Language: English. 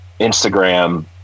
Instagram